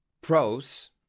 pros